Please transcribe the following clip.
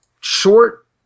short